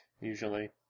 usually